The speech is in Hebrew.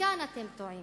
וכאן אתם טועים.